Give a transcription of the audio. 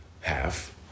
Half